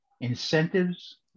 incentives